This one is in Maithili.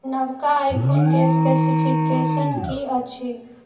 नवका आईफोनके स्पेसिफिकेशन की अछि